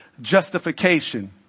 justification